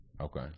Okay